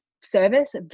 service